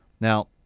Now